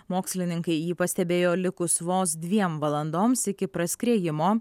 mokslininkai jį pastebėjo likus vos dviem valandoms iki praskriejimo